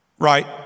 right